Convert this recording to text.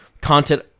content